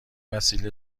وسیله